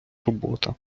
робота